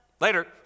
Later